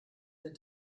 den